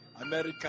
America